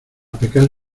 pecar